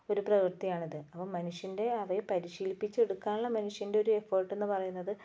ഒരു പ്രവൃത്തിയാണിത് അപ്പം മനുഷ്യൻ്റെ അവയെ പരിശീലിപ്പിച്ചെടുക്കാനുള്ള മനുഷ്യൻ്റെ ഒരു എഫോർട്ട് എന്ന് പറയുന്നത്